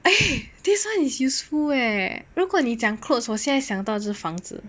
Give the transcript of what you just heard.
eh this one is useful eh 如果你讲 clothes 我先想到就是房子